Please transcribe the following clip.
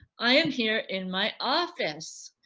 i am here in my office,